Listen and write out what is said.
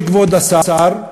כבוד השר?